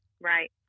Right